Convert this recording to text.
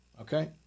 Okay